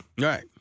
Right